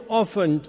often